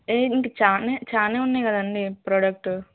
ఇంక చానే చానే ఉన్నాయి కదండీ ప్రోడక్ట్